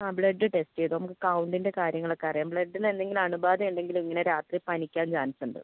ആ blood test ചെയ്തോ നമുക്ക് കൗണ്ടിൻ്റെ കാര്യങ്ങൾ ഒക്കെ അറിയാം ബ്ലൂഡിന് എന്തെങ്കിലും അണുബാധ ഉണ്ടെങ്കിൽ ഇങ്ങന രാത്രി പനിക്കാൻ ചാൻസ് ഉണ്ട്